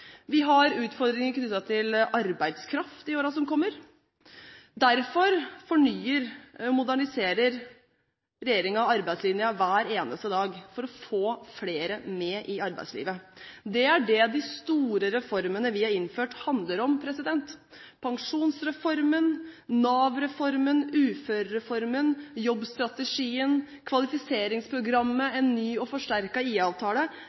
Vi har utfordringer knyttet til arbeidskraft i årene som kommer. Derfor fornyer og moderniserer regjeringen arbeidslinja hver eneste dag for å få flere med i arbeidslivet. Det er dette de store reformene vi har innført, handler om, som pensjonsreformen, Nav-reformen, uførereformen, jobbstrategien, Kvalifiseringsprogrammet